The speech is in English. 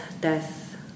Death